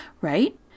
Right